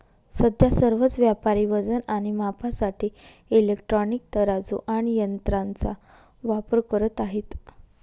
सध्या सर्वच व्यापारी वजन आणि मापासाठी इलेक्ट्रॉनिक तराजू आणि यंत्रांचा वापर करत आहेत